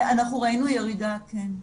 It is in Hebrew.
אנחנו ראינו ירידה, כן.